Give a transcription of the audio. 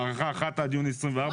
הארכה אחת עד יוני 2024, סה טו.